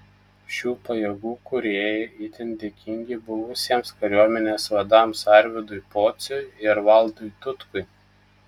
šių pajėgų kūrėjai itin dėkingi buvusiems kariuomenės vadams arvydui pociui ir valdui tutkui